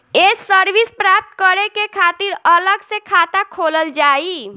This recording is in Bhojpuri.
ये सर्विस प्राप्त करे के खातिर अलग से खाता खोलल जाइ?